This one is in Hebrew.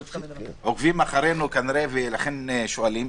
אחרינו, כנראה, ולכן שואלים.